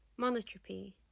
Monotropy